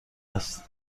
است